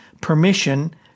permission